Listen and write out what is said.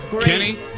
Kenny